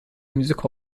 music